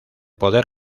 poder